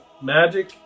Magic